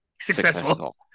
successful